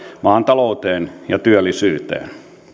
maan talouteen ja työllisyyteen